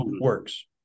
works